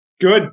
Good